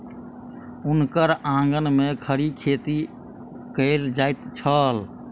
हुनकर आंगन में खड़ी खेती कएल जाइत छल